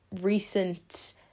Recent